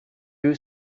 you